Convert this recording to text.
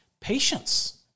patience